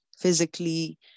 physically